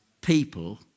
people